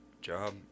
job